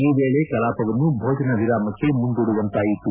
ಈ ವೇಳೆ ಕಲಾಪವನ್ನು ಭೋಜನ ವಿರಾಮಕ್ಕೆ ಮುಂದೂಡುವಂತಾಯಿತು